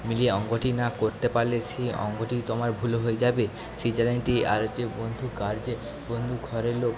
মিলিয়ে অঙ্কটি না করতে পারলে সেই অঙ্কটিই তো আমার ভুল হয়ে যাবে সেই চ্যালেঞ্জটি আর যে বন্ধু কার যে বন্ধু ঘরের লোক